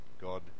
God